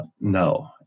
No